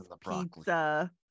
pizza